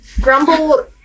Grumble